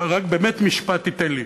באמת משפט תיתן לי,